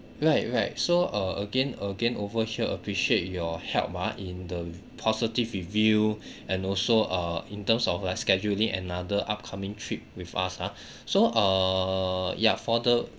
right right so uh again again over here appreciate your help ah in the positive review and also uh in terms of like scheduling another upcoming trip with us ah so err ya for the